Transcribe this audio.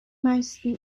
meisten